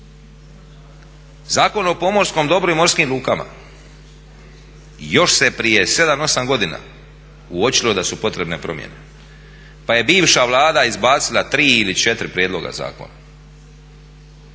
Zakon o pomorskom dobru i morskim lukama još se prije 7, 8 godina uočilo da su potrebne promjene pa je bivša vlada izbacila 3 ili 4 prijedloga zakona.